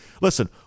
listen